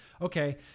Okay